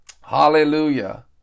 Hallelujah